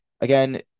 Again